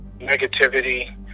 negativity